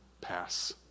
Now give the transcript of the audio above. pass